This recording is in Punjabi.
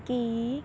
ਕਿ